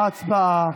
הצבעה.